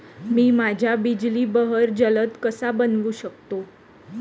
मी माझ्या बिजली बहर जलद कसा बनवू शकतो?